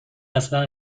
اصلا